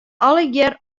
allegear